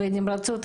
והנמרצות,